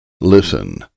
listen